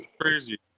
crazy